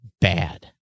bad